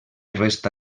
resta